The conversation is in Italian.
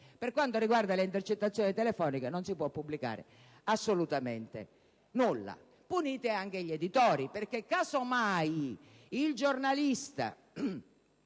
Per quanto riguarda le intercettazioni telefoniche, non si può pubblicare assolutamente alcunché. Punite anche gli editori, perché casomai il giornalista